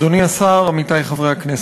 אדוני השר, עמיתי חברי הכנסת,